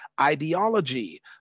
ideology